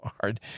hard